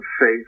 faith